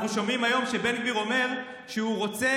אנחנו שומעים היום שבן גביר אומר שהוא רוצה